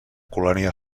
colònia